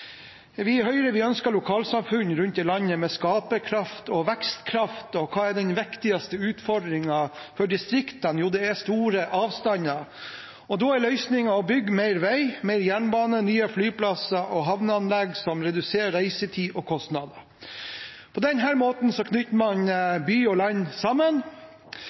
Vi i Høyre ønsker lokalsamfunn rundt i landet med skaperkraft og vekstkraft. Og hva er den viktigste utfordringen for distriktene? Jo, det er store avstander. Da er løsningen å bygge mer vei, mer jernbane, nye flyplasser og havneanlegg som reduserer reisetid og kostnader. På denne måten knytter man by og land sammen.